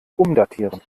umdatieren